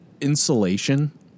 insulation